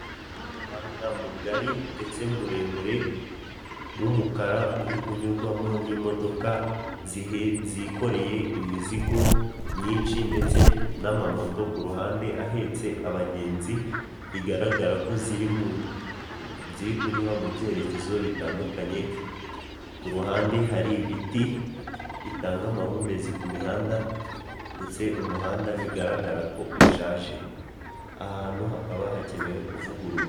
Umuhanda mugari ndetse muremure w'umukara uri kunyurwamo n'imodoka zikoreye imizigo myinshi ndetse n'amamoto ku ruhande ahetse abagenzi, bigaragara ko ziri mu ziri kunyura mu byerekezo bitandukanye, ku ruhande hari ibiti bitanga amahumbezi ku mihanda, ndetse umuhanda bigaragara ko ushaje. Ahantu hakaba hakenewe kuvugururwa.